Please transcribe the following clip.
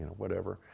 whatever,